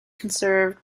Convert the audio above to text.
conserved